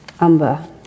Amba